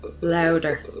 Louder